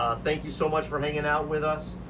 thank you so much for hanging out with us.